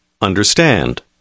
understand